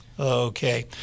Okay